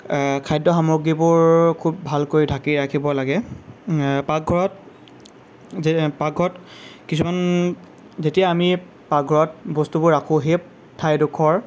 খাদ্য সামগ্ৰীবোৰ খুব ভালকৈ ঢাকি ৰাখিব লাগে পাকঘৰত যে পাকঘৰত কিছুমান যেতিয়া আমি পাকঘৰত বস্তুবোৰ ৰাখোঁ সেই ঠাইডোখৰ